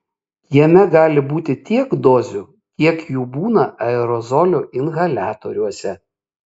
jame gali būti tiek dozių kiek jų būna aerozolių inhaliatoriuose